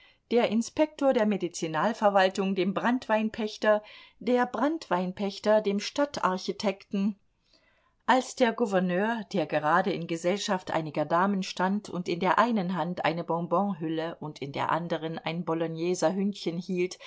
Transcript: der inspektor der medizinalverwaltung dem branntweinpächter der branntweinpächter dem stadtarchitekten als der gouverneur der gerade in gesellschaft einiger damen stand und in der einen hand eine bonbonhülle und in der anderen ein bologneser hündchen hielt